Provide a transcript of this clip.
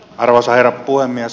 arvoisa herra puhemies